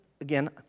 Again